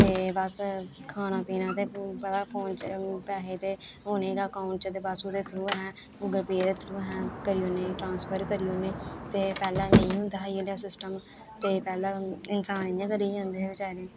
ते बस खाना पीना ते हून पता फोन च पैहे ते होने गै अकौंट च बस ओह्दे थ्रू अहें गूगल पे दे थ्रू अहें करी ओड़ने ट्रांसफर करी ओड़ने ते पैह्लें नेईं होंदा हा इ'यै आह्ला सिस्टम ते पैह्लें इंसान इ'यां गै रेही जंदे हे बचैरे